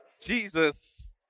Jesus